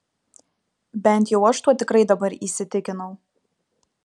bent jau aš tuo tikrai dabar įsitikinau